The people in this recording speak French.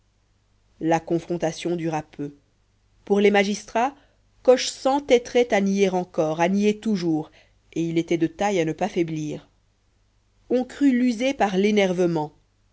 la confrontation dura peu pour les magistrats coche s'entêterait à nier encore à nier toujours et il était de taille à ne pas faiblir on crut l'user par l'énervement